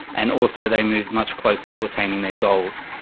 and also they moved much closer to attaining their goals.